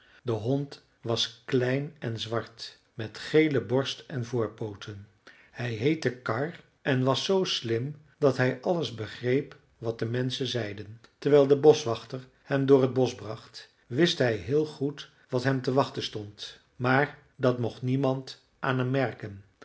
de hond was klein en zwart met gele borst en voorpooten hij heette karr en was zoo slim dat hij alles begreep wat de menschen zeiden terwijl de boschwachter hem door t bosch bracht wist hij heel goed wat hem te wachten stond maar dat mocht niemand aan hem merken